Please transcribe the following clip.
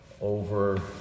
over